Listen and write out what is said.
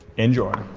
enjoy.